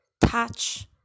touch